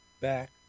back